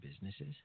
businesses